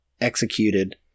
executed